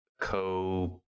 co